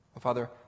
Father